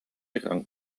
rang